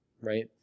right